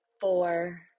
four